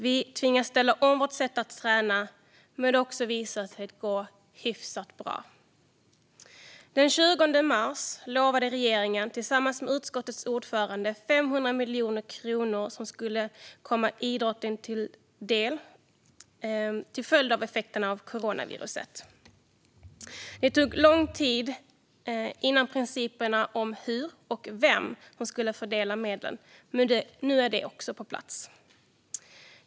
Vi har tvingats ställa om vårt sätt att träna, men det har visat sig gå hyfsat bra. Den 20 mars lovade regeringen tillsammans med utskottets ordförande 500 miljoner kronor som skulle komma idrotten till del till följd av effekterna av coronaviruset. Det tog lång tid innan principerna om hur medlen skulle fördelas och vem som skulle göra det. Nu finns dock detta på plats.